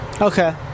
Okay